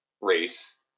race